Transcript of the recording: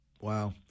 Wow